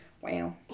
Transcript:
Wow